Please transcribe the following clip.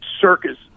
circus